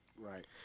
Right